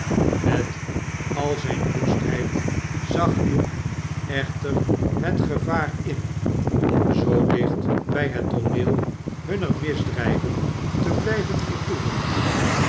met al zijne woestheid zag hugh echter het gevaar in om zoo dicht bij het tooneel hunner misdrijven te blijven vertoeven